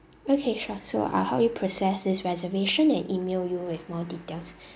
okay sure so I'll help you process this reservation and email you with more details